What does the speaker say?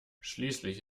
schließlich